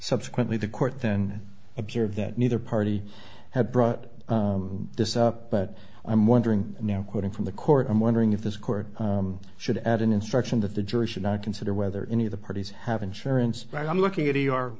subsequently the court then observed that neither party had brought this up but i'm wondering now quoting from the court i'm wondering if this court should add an instruction that the jury should not consider whether any of the parties have insurance but i'm looking at